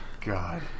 God